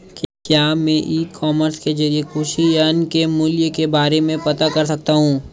क्या मैं e commerce के ज़रिए कृषि यंत्र के मूल्य के बारे में पता कर सकता हूँ?